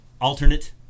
Alternate